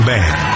Band